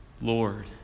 Lord